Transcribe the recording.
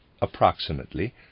approximately